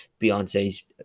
Beyonce's